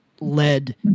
led